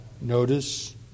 notice